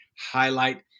highlight